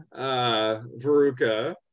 veruca